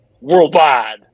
worldwide